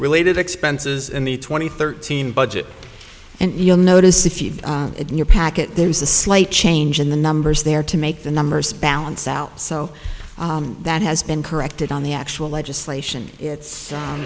related expenses in the twenty thirteen budget and you'll notice if you it in your packet there is a slight change in the numbers there to make the numbers balance out so that has been corrected on the actual legislation it's